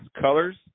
colors